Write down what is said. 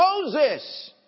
Moses